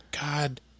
God